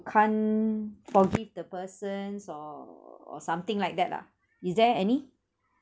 can't forgive the persons or or something like that lah is there any